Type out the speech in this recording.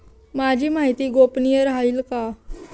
माझी माहिती गोपनीय राहील का?